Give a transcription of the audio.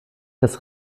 das